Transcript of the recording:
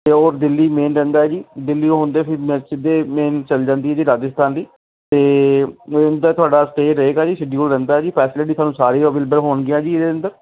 ਅਤੇ ਉਹ ਦਿੱਲੀ ਮੇਨ ਰਹਿੰਦਾ ਜੀ ਦਿੱਲੀ ਉਹ ਹੁੰਦੇ ਜੀ ਸਿੱਧੇ ਮੇਨ ਚਲ ਜਾਂਦੀ ਜੀ ਰਾਜਸਥਾਨ ਦੀ ਅਤੇ ਮੇਨ ਤਾਂ ਤੁਹਾਡਾ ਸਟੇਅ ਰਹੇਗਾ ਜੀ ਸ਼ਡਿਊਲ ਰਹਿੰਦਾ ਜੀ ਫੈਸਲਿਟੀ ਤੁਹਾਨੂੰ ਸਾਰੀ ਅਵੇਲੇਬਲ ਹੋਣਗੀਆਂ ਜੀ ਇਹਦੇ ਅੰਦਰ